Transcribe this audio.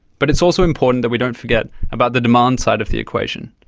but it's also important that we don't forget about the demand side of the equation.